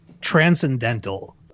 transcendental